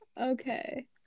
Okay